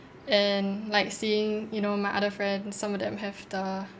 and like seeing you know my other friends some of them have the